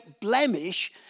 blemish